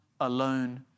alone